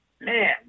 man